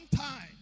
time